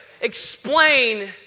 explain